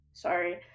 sorry